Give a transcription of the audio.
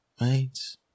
right